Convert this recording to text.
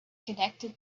connected